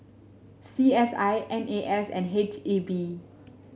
C S I N A S and H E B